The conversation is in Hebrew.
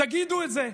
תגידו את זה.